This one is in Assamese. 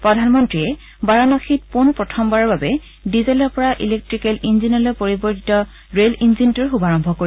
প্ৰধানমন্ত্ৰীয়ে লগতে বাৰানসীত পোন প্ৰথমৰ বাবে ডিজেলৰ পৰা ইলেকট্ৰিকেল ইঞ্জিনলৈ পৰিৱৰ্তিত ইঞ্জিনটোৰ শুভাৰম্ভ কৰিব